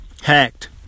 hacked